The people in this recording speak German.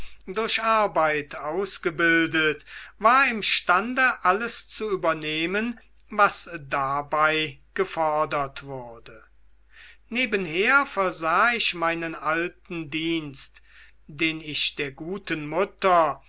durch arbeit ausgebildet war imstande alles zu übernehmen was dabei gefordert wurde nebenher versah ich meinen alten dienst den ich der guten mutter